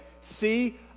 see